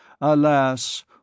Alas